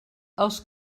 els